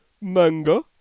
manga